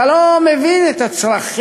אתה לא מבין את הצרכים,